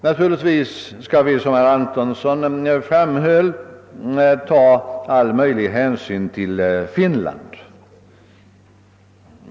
Naturligtvis skall vi, som herr Antonsson framhöll, ta all möjlig hänsyn till Finland.